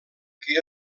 què